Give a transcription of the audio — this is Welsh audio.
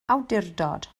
awdurdod